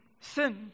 sin